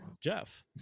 Jeff